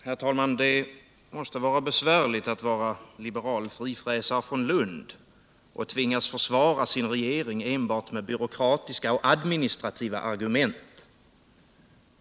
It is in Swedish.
Herr talman! Det måste vara besvärligt att vara liberal frifräsare från Lund och tvingas försvara sin regering enbart med byråkratiska och administrativa argument.